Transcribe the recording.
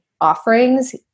offerings